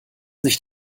nicht